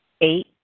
Eight